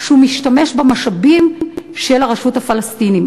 שהוא משתמש במשאבים של הרשות הפלסטינית.